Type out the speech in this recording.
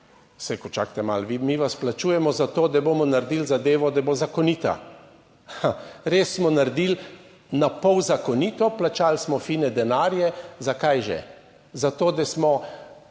rekel, čakajte malo, mi vas plačujemo za to, da bomo naredili zadevo, da bo zakonita. Res smo naredili na pol zakonito, plačali smo fine denarje, zakaj že? Zato da smo